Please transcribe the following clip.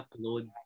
upload